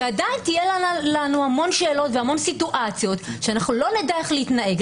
שעדיין יהיו לנו המון שאלות והמון סיטואציות שאנחנו לא נדע איך להתנהג.